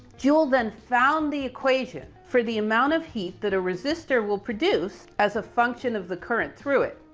joule then found the equation for the amount of heat that a resistor will produce as a function of the current through it,